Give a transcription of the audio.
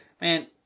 man